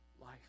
life